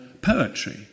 poetry